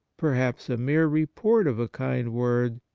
perhaps a mere report of a kind word,